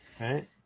right